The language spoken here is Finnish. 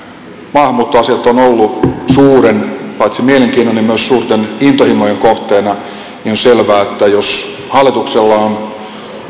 maahanmuuttoasiat ovat olleet paitsi suuren mielenkiinnon myös suurten intohimojen kohteena on selvää että jos hallituksella on